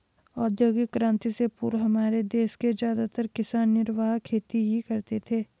औद्योगिक क्रांति से पूर्व हमारे देश के ज्यादातर किसान निर्वाह खेती ही करते थे